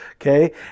okay